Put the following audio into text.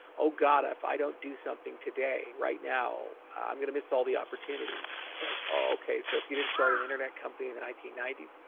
oh, god, if i don't do something today, right now, i'm going to miss all the opportunities. it's like, oh, okay, so if you didn't start an internet company in the nineteen ninety s,